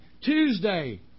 Tuesday